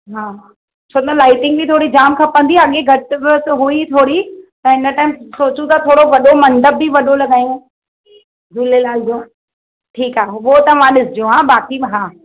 हा छो त लाईटिंग बि थोरी जाम खपंदी अॻे घटि वधि हुइ थोरी त हिन टाईम सोचूं था थोरो वॾो मंडप बि वॾो लॻायूं झूलेलाल जो ठीकु आहे उहो तव्हां ॾिसजो हा बाक़ी मां हा